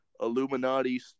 Illuminati